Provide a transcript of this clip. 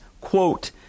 quote